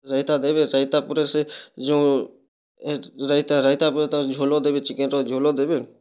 ରାଇତା ଦେବେ ରାଇତା ପରେ ସେ ଯେଉଁ ରାଇତା ରାଇତା ପରେ ତାକୁ ଝୋଲ ଦେବେ ଚିକେନ୍ର ଝୋଲ ଦେବେ